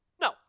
No